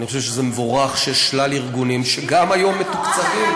אני חושב שזה מבורך שיש שלל ארגונים שגם היום מתוקצבים,